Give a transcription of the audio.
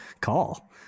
call